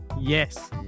Yes